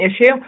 issue